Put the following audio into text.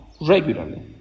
regularly